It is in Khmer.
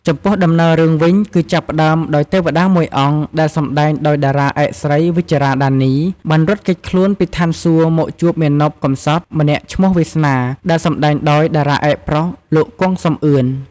ចំពោះដំណើររឿងវិញ គឹចាប់ផ្ដើមដោយទេវតាមួយអង្គដែលសម្ដែងដោយតារាឯកស្រី វិជ្ជរា ដានី បានរត់គេចខ្លួនពីឋានសួគ៌មកជួបមាណពកំសត់ម្នាក់ឈ្មោះវាសនា ដែលសម្ដែងដោយតារាឯកប្រុស លោកគង់ សំអឿន។